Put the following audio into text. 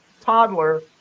toddler